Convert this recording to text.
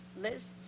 lists